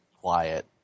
quiet